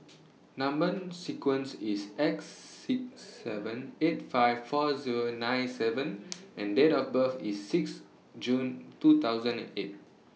Number sequence IS X six seven eight five four Zero nine seven and Date of birth IS six June two thousand and eight